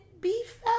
beef